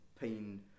pain